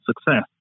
success